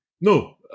No